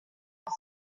mae